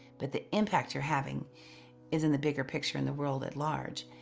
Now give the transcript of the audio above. but the impact you're having is in the bigger picture in the world at large,